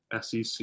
SEC